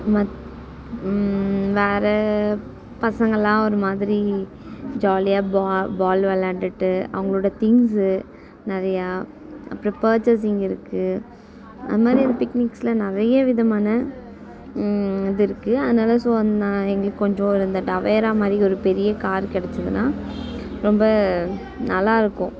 மத் வேறு பசங்கலாம் ஒரு மாதிரி ஜாலியாக பா பால் விளாண்டுட்டு அவங்களோட திங்ஸு நிறையா அப்புறம் பார்ச்சஸிங் இருக்கு அது மாதிரி ஒரு பிக்னிகில் நிறைய விதமான இது இருக்கு அதனால ஸோ நான் எங்களுக்கு கொஞ்சம் இந்த டவேரா மாதிரி ஒரு பெரிய கார் கிடச்சதுனா ரொம்ப நல்லாயிருக்கும்